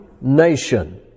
nation